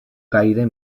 caire